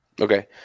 Okay